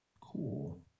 Cool